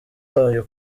bayo